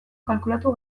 kalkulatu